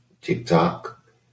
TikTok